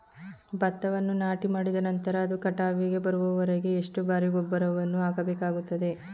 ಭತ್ತವನ್ನು ನಾಟಿಮಾಡಿದ ನಂತರ ಅದು ಕಟಾವಿಗೆ ಬರುವವರೆಗೆ ಎಷ್ಟು ಬಾರಿ ಗೊಬ್ಬರವನ್ನು ಹಾಕಬೇಕಾಗುತ್ತದೆ?